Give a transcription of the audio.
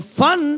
fun